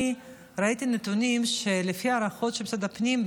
אני ראיתי נתונים שלפי הערכות של משרד הפנים,